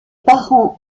parents